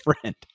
friend